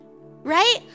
right